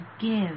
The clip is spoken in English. give